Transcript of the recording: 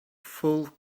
full